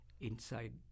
inside